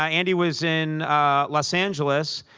ah andy was in los angeles,